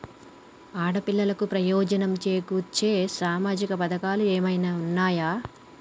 ఆడపిల్లలకు ప్రయోజనం చేకూర్చే సామాజిక పథకాలు ఏమైనా ఉన్నయా?